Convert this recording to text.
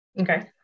Okay